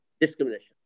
discrimination